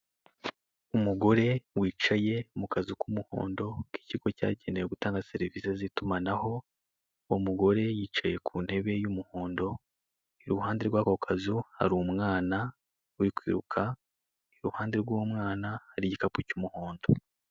Umugore wicaye mu kazu k'umuhondo k'ikigo cyagenewe gutanga serivisi z'itumanaho. Uwo mugore yicaye ku ntebe y'umuhondo. Iruhande rw'ako kazu hari umwana uri kwiruka, iruhande rw'umwana hari igikapu cy'umuhondo.